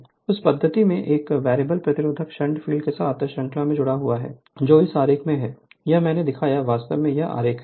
Refer Slide Time 0319 इस पद्धति में एक वेरिएबल प्रतिरोध शंट फ़ील्ड के साथ श्रृंखला में जुड़ा हुआ है जो इस आरेख में है यह मैंने दिखाया वास्तव में यह आरेख है